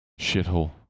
Shithole